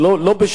זה לא בשליטתך,